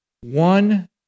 one